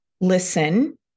listen